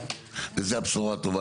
וזו הבשורה הטובה.